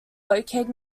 located